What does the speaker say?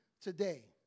today